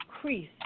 crease